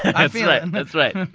i feel it and that's right.